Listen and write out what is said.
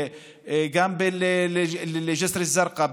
גם בג'יסר א-זרקא,